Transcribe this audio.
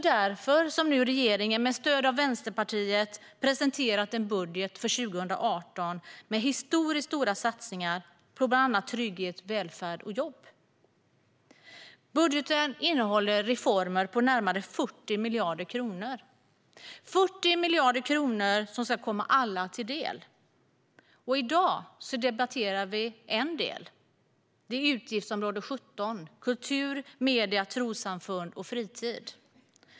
Därför har nu regeringen med stöd av Vänsterpartiet presenterat en budget för 2018 med historiskt stora satsningar på bland annat trygghet, välfärd och jobb. Budgeten innehåller reformer för närmare 40 miljarder kronor - 40 miljarder kronor som ska komma alla till del. I dag debatterar vi en del, nämligen utgiftsområde 17, Kultur, medier, trossamfund och fritid.